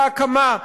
בהקמה.